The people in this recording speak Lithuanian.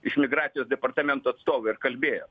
iš migracijos departamento atstovai ir kalbėjo